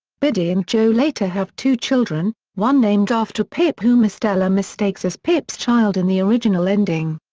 biddy and joe later have two children, one named after pip whom estella mistakes as pip's child in the original ending.